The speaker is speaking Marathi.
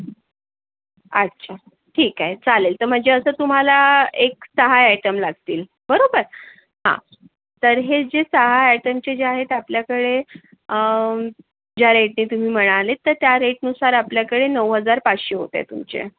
अच्छा ठीक आहे चालेल तर म्हणजे असं तुम्हाला एक सहा आयटम लागतील बरोबर हां तर हे जे सहा आयटमचे जे आहेत आपल्याकडे ज्या रेटनी तुम्ही म्हणाले तर त्या रेटनुसार आपल्याकडे नऊ हजार पाचशे होत आहे तुमचे